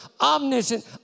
omniscient